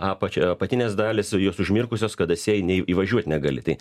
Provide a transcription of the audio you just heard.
apačia apatinės dalys jos užmirkusios kada sėji nei įvažiuoti negali tai